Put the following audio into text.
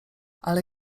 ale